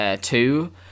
two